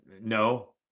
no